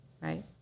right